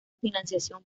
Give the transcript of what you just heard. financiación